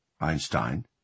Einstein